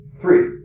Three